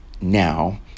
now